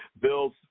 Bills